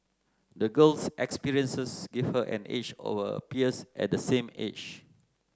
the girl's experiences gave her an edge over her peers at the same age